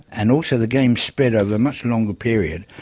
and also the games spread over a much longer period,